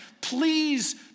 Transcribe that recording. Please